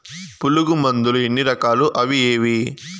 పులుగు మందులు ఎన్ని రకాలు అవి ఏవి?